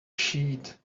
sheet